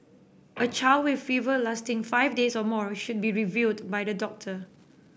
a child with fever lasting five days or more should be reviewed by the doctor